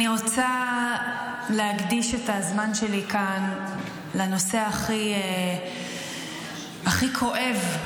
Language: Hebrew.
אני רוצה להקדיש את הזמן שלי כאן לנושא הכי כואב,